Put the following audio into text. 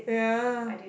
yeah